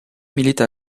milite